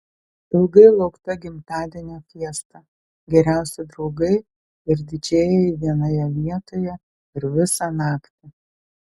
ilgai laukta gimtadienio fiesta geriausi draugai ir didžėjai vienoje vietoje ir visą naktį